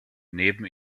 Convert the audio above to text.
neben